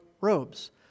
robes